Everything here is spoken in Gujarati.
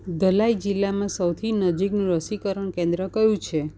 ધલાઈ જિલ્લામાં સૌથી નજીકનું રસીકરણ કેન્દ્ર કયું છે